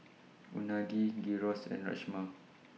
Unagi Gyros and Rajma